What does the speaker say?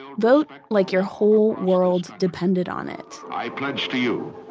vote like your whole world depended on it i pledge to you,